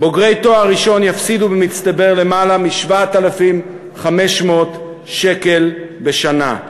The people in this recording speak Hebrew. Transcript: בוגרי תואר ראשון יפסידו במצטבר למעלה מ-7,500 שקל בשנה.